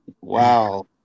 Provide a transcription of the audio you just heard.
Wow